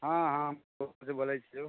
हँ हँ हम समस्तीपुर से बोलैत छी